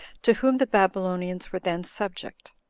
to whom the babylonians were then subject.